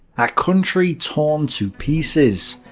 a country torn to pieces.